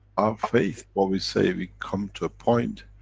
our fate, what we say we come to a point,